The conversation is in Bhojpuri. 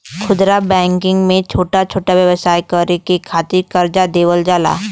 खुदरा बैंकिंग में छोटा छोटा व्यवसाय करे के खातिर करजा देवल जाला